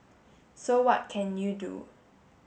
so what can you do